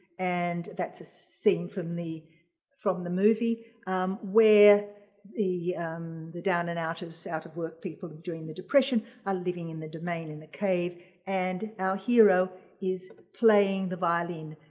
and that's a scene from the from the movie where the the down and out of us out of work people during the depression are living in the domain in the cave and our hero is playing the violin